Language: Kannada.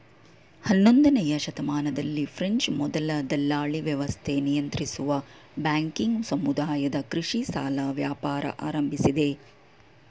ಹನ್ನೊಂದನೇಯ ಶತಮಾನದಲ್ಲಿ ಫ್ರೆಂಚ್ ಮೊದಲ ದಲ್ಲಾಳಿವ್ಯವಸ್ಥೆ ನಿಯಂತ್ರಿಸುವ ಬ್ಯಾಂಕಿಂಗ್ ಸಮುದಾಯದ ಕೃಷಿ ಸಾಲ ವ್ಯಾಪಾರ ಆರಂಭಿಸಿದೆ